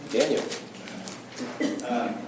Daniel